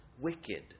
wicked